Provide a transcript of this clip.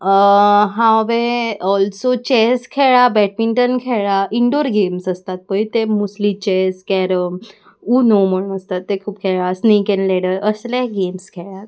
हांवें also chess खेळ्ळा badminton खेळ्ळां इनडोर गेम्स आसतात पळय ते मोस्टली चॅस कॅरम उनो म्हण आसतात ते खूब खेळ्ळा स्नेक एंड लॅडर असले गेम्स खेळ्यात